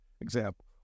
example